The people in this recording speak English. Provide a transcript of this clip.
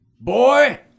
Boy